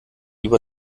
über